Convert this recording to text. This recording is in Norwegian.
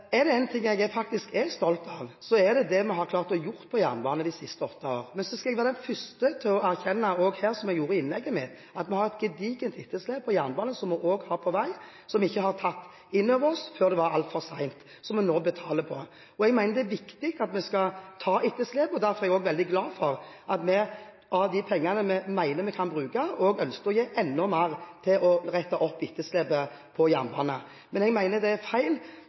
Er det én ting jeg faktisk er stolt over, er det det vi har klart å gjøre på jernbane de siste åtte årene. Men så skal jeg være den første til å erkjenne, som jeg også gjorde i innlegget mitt, at vi har et gedigent etterslep på jernbanen, som vi også har på vei, som vi ikke tok innover oss før det var altfor sent, og som vi nå betaler for. Jeg mener det er viktig at vi skal ta etterslepet, og derfor er jeg veldig glad for at vi – med de pengene vi mener vi kan bruke – også ønsker å gi enda mer til å rette opp etterslepet på jernbanen. Men jeg mener det er feil